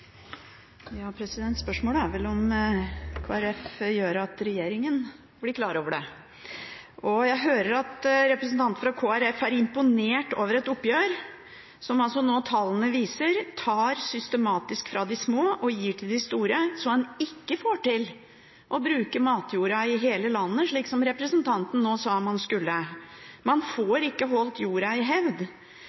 om Kristelig Folkeparti gjør regjeringen klar over det. Jeg hører at representanten fra Kristelig Folkeparti er imponert over et oppgjør der tallene nå viser at man tar systematisk fra de små og gir til de store, slik at en ikke får til å bruke matjorda i hele landet, slik representanten nå sa at en skulle. Man får ikke holdt jorda i hevd.